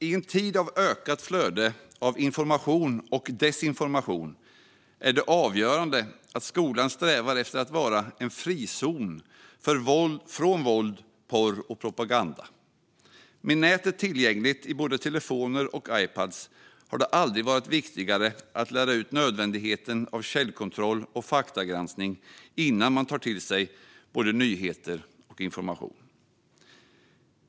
I en tid av ökat flöde av information och desinformation är det avgörande att skolan strävar efter att vara en frizon från våld, porr och propaganda. Med tanke på att nätet är tillgängligt i både telefoner och Ipadar har det aldrig varit viktigare att lära ut nödvändigheten av källkontroll och faktagranskning innan man tar till sig både nyheter och information.